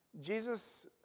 Jesus